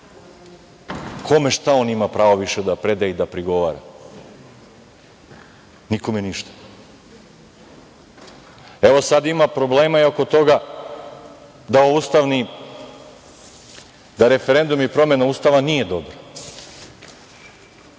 ima šta više pravo da predaje i da prigovara? Nikome ništa. Evo, sad ima problema i oko toga da referendum i promena Ustava nije dobra.